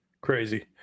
Crazy